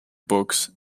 books